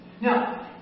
Now